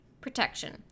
protection